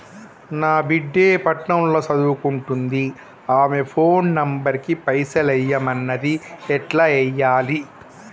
నా బిడ్డే పట్నం ల సదువుకుంటుంది ఆమె ఫోన్ నంబర్ కి పైసల్ ఎయ్యమన్నది ఎట్ల ఎయ్యాలి?